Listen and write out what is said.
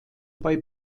bei